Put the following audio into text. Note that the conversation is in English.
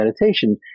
meditation